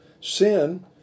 sin